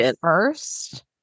first